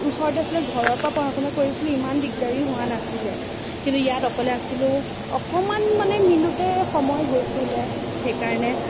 ওচৰতে আছিলে ঘৰৰ পৰা পঢ়া শুনা কৰিছিলোঁ ইমান দিগদাৰি হোৱা নাছিলে কিন্তু ইয়াত অকলে আছিলোঁ অকণমান মানে মিলোঁতে সময় গৈছিলে সেইকাৰণে